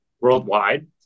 worldwide